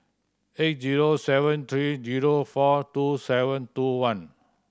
eight zero seven three zero four two seven two one